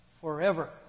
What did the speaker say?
forever